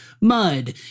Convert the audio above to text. mud